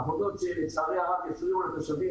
עבודות שלצערי הרב יפריעו לתושבים,